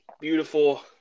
beautiful